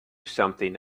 something